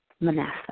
Manasseh